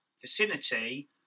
vicinity